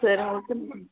சரி okay ma'am